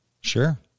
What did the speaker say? Sure